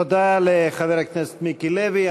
תודה לחבר הכנסת מיקי לוי.